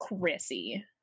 chrissy